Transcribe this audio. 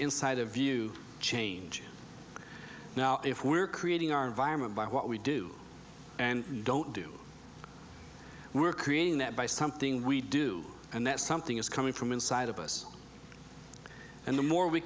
inside of you change now if we're creating our environment by what we do and don't do we're creating that by something we do and that something is coming from inside of us and the more we